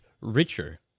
richer